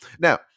now